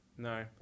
No